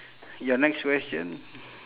your next question